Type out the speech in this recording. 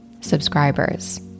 subscribers